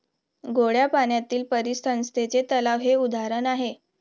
गोड्या पाण्यातील परिसंस्थेचे तलाव हे उदाहरण आहे